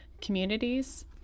communities